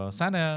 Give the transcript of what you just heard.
sana